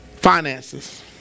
finances